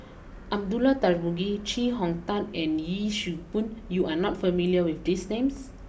Abdullah Tarmugi Chee Hong Tat and Yee Siew Pun you are not familiar with these names